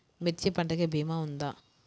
మిర్చి పంటకి భీమా ఉందా?